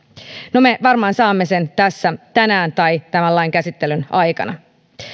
no me varmaan saamme sen tässä tänään tai tämän lain käsittelyn aikana